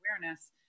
awareness